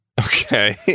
okay